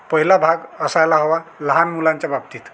पहिला भाग असायला हवा लहान मुलांच्या बाबतीत